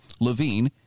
Levine